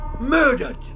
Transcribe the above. murdered